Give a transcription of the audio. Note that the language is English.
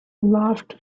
laughed